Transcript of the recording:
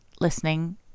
listening